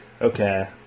Okay